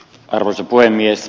arvoisa puhemies